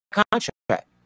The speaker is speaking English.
contract